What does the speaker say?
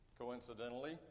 coincidentally